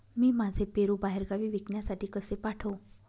मी माझे पेरू बाहेरगावी विकण्यासाठी कसे पाठवू?